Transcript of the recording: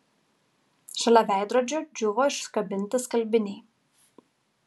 šalia veidrodžio džiūvo iškabinti skalbiniai